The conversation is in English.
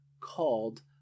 called